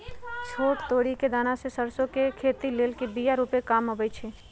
छोट तोरि कें दना से सरसो के खेती लेल बिया रूपे काम अबइ छै